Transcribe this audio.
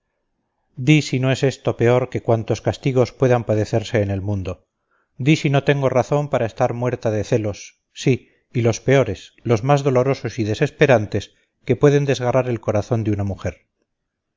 si no es esto peor que cuantos castigos pueden padecerse en el mundo di si no tengo razón para estar muerta de celos sí y los peores los más dolorosos y desesperantes que pueden desgarrar el corazón de una mujer